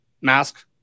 mask